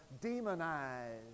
demonized